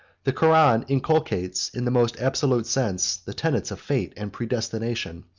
the koran inculcates, in the most absolute sense, the tenets of fate and predestination,